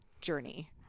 journey